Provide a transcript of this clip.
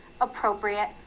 appropriate